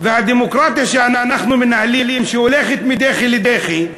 והדמוקרטיה שאנחנו מנהלים, שהולכת מדחי לדחי,